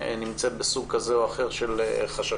נמצאת בסוג כזה או אחר של חששות,